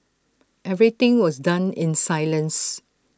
everything was done in silence